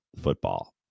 football